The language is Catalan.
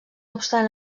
obstant